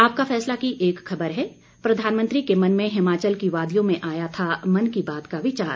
आपका फैसला की एक खबर है प्रधानमंत्री के मन में हिमाचल की वादियों में आया था मन की बात का विचार